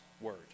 word